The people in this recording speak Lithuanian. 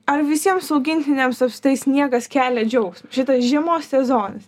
ar visiems augintiniams apskritai niekas kelia džiaugsmą šitas žiemos sezonas